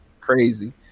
crazy